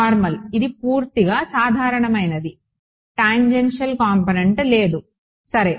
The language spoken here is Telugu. నార్మల్ ఇది పూర్తిగా సాధారణమైనది టాంజెన్షియల్ కాంపోనెంట్ లేదు సరే